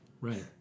Right